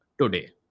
today